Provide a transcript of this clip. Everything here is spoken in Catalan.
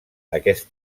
aquest